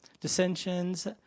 Dissensions